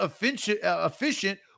efficient